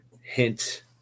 hint